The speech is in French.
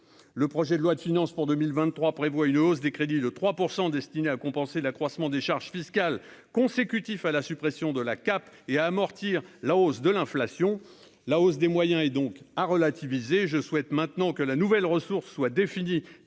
le projet de loi de finances pour 2023 prévoit une hausse des crédits de 3 pour 100 destinée à compenser l'accroissement des charges fiscales consécutifs à la suppression de la cape et à amortir la hausse de l'inflation la hausse des moyens et donc à relativiser : je souhaite maintenant que la nouvelle ressource soit définie